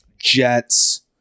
jets